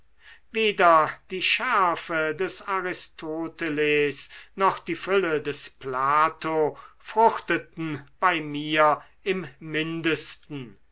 weder die schärfe des aristoteles noch die fülle des plato fruchteten bei mir im mindesten